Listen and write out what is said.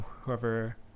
whoever